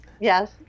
Yes